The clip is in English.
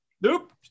Nope